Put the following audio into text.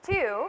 Two